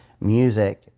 music